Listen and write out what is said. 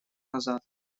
назад